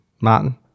Martin